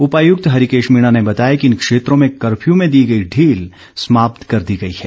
उपायुक्त हरिकेश मीणा ने बताया कि इन क्षेत्रों में कफर्थ में दी गई ढील समाप्त कर दी गई है